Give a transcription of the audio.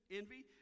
envy